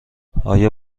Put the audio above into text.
آیا